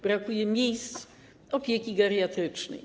Brakuje miejsc opieki geriatrycznej.